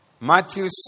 Matthew